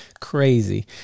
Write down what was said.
crazy